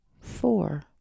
four